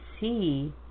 see